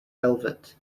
velvet